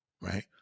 Right